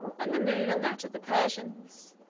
and the moon on that of the persians,